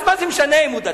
מה זה משנה אם הוא דתי,